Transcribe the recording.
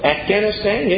Afghanistan